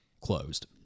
closed